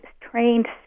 trained